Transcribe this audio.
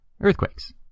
Earthquakes